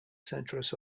centuries